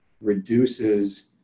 reduces